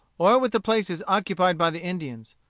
or with the places occupied by the indians.